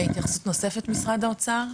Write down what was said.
התייחסות נוספת של משרד האוצר?